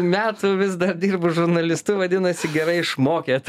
metų vis dar dirbu žurnalistu vadinasi gerai išmokė